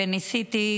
וניסיתי,